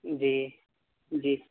جی جی